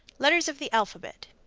letters of the alphabet.